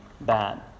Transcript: bad